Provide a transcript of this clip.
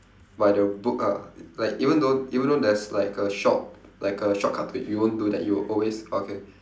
by the book ah like even though even though there's like a short like a shortcut to it you won't do that you will always okay